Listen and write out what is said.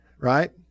Right